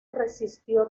resistió